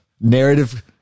Narrative